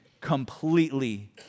completely